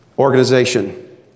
organization